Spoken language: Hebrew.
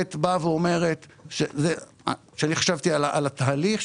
התומכת אומרת כשאני חשבתי על התהליך,